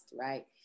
right